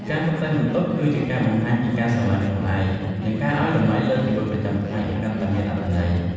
ការតុបតែងបន្ទប់គឺជាការបង្ហាញពីការស្រឡាញ់ខ្លួនឯង និងការឱ្យតម្លៃលើជីវិតប្រចាំថ្ងៃឱ្យកាន់តែមានអត្ថន័យ។